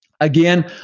Again